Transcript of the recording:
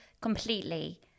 completely